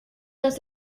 dass